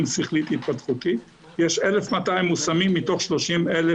שכלית והתפתחותית יש 1,200 מושמים מתוך 30,000